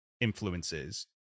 influences